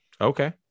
Okay